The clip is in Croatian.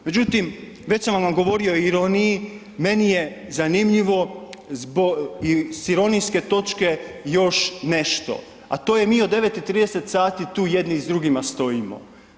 Međutim, već sam govorio o ironiji, meni je zanimljivo s ironijske točke još nešto, a to je mi od 9,30 sati tu jedni s drugima stojimo.